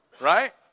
Right